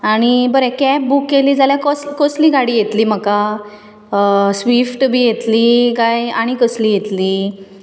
आनी बरें cab book केली जाल्यर कस कसली गाडी येतली म्हाका स्वीफ्ट बी येतली कांय आनी कसली येतली